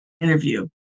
interview